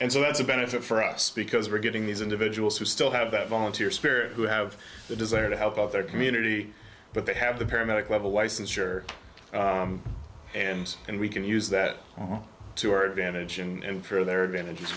and so that's a benefit for us because we're getting these individuals who still have that volunteer spirit who have the desire to help out their community but they have the paramedic level licensure and and we can use that to our advantage and for their advantage